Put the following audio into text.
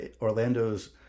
Orlando's